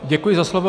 Děkuji za slovo.